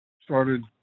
started